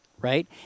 right